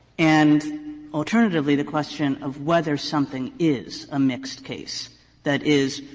and alternatively, the question of whether something is a mixed case that is,